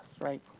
right